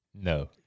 no